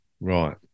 Right